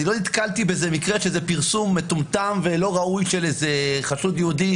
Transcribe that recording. לא נתקלתי באיזה מקרה שאיזה מטומטם ולא ראוי של איזה חשוד יהודי,